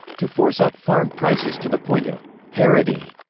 to force up farm prices to the point of parity,